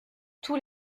tous